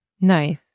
Nice